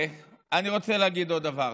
אני רוצה להגיד עוד דבר.